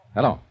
Hello